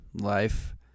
life